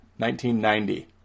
1990